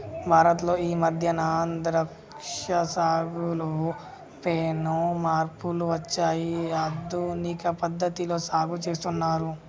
భారత్ లో ఈ మధ్యన ద్రాక్ష సాగులో పెను మార్పులు వచ్చాయి ఆధునిక పద్ధతిలో సాగు చేస్తున్నారు